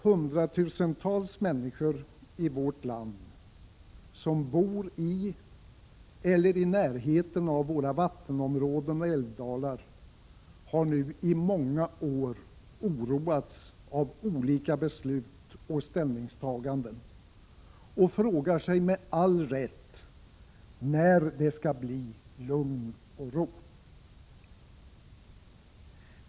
Hundratusentals människor i vårt land som bor i eller i närheten av våra vattenområden och älvdalar har nu i många år oroats av olika beslut och ställningstaganden och frågar sig med all rätt när det skall bli lugn och ro.